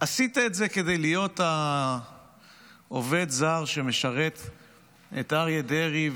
עשית את זה כדי להיות העובד הזר שמשרת את אריה דרעי,